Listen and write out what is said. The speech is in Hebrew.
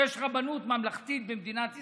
יש רבנות ממלכתית במדינת ישראל,